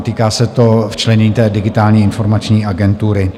Týká se to včlenění Digitální informační agentury.